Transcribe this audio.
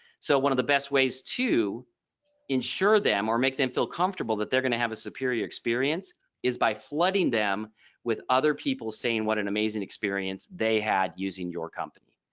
so one of the best ways to insure them or make them feel comfortable that they're going to have a superior experience is by flooding them with other people saying what an amazing experience they had using your company.